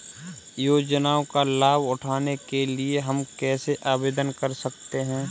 योजनाओं का लाभ उठाने के लिए हम कैसे आवेदन कर सकते हैं?